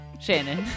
Shannon